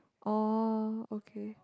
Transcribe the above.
oh okay